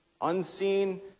unseen